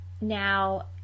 now